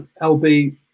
LB